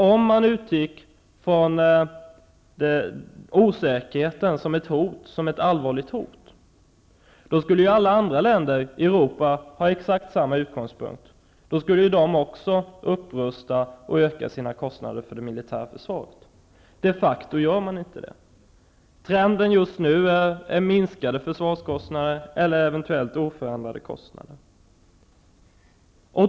Om man utgick från osäkerheten som ett allvarligt hot skulle alla andra länder i Europa ha exakt samma utgångspunkt. Då skulle de också upprusta och öka sina kostnader för det militära försvaret. Det gör man de facto inte. Trenden just nu är minskade försvarskostnader eller eventuellt oförändrade kostnader.